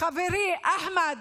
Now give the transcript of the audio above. חברי אחמד.